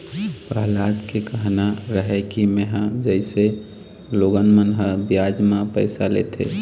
पहलाद के कहना रहय कि मेंहा जइसे लोगन मन ह बियाज म पइसा लेथे,